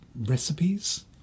recipes